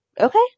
Okay